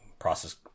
process